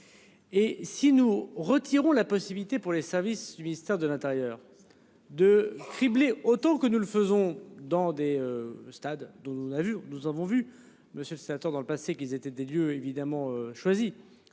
Et si nous retirons la possibilité pour les services du ministère de l'Intérieur de criblé autant que nous le faisons dans des. Stades dont on a vu, nous avons vu, Monsieur le Sénateur. Dans le passé qu'ils étaient des lieux évidemment choisi